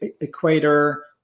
equator